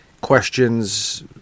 questions